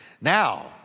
Now